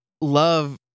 love